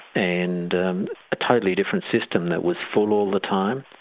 and a totally different system that was full all the time,